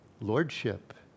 Lordship